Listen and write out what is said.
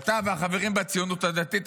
אתה והחברים בציונות הדתית,